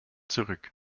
zurück